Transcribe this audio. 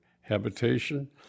habitation